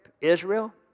Israel